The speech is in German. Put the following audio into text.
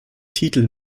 titel